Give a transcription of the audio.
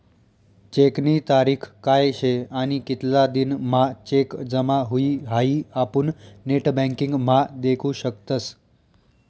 चेकनी तारीख काय शे आणि कितला दिन म्हां चेक जमा हुई हाई आपुन नेटबँकिंग म्हा देखु शकतस